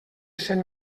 cent